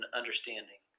understanding